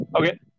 okay